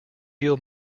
deal